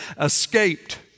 escaped